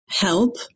Help